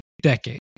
Decade